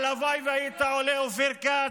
הלוואי שהיית עולה, אופיר כץ,